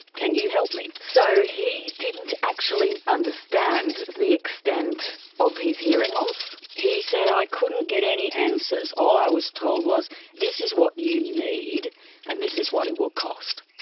can you help me? so he didn't actually understand the extent of his hearing loss? he said, i couldn't get any answers. all i was told was this is what you need and this is what it will cost.